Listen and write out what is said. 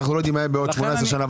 "אנחנו לא יודעים מה יהיה בעוד 18 שנה",